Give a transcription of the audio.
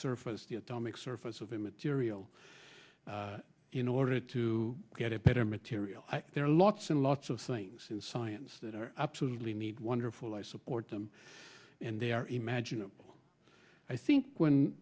surface the atomic surface of a material in order to get a better material there are lots and lots of things in science that are absolutely need wonderful i support them and they are imaginable i think when